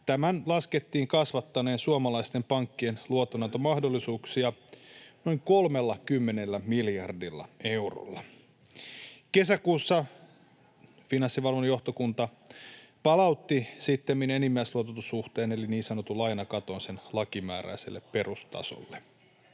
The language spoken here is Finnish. Tämän laskettiin kasvattaneen suomalaisten pankkien luotonantomahdollisuuksia noin 30 miljardilla eurolla. Kesäkuussa Finanssivalvonnan johtokunta palautti sittemmin enimmäisluototussuhteen eli niin sanotun lainakaton sen lakimääräiselle perustasolle.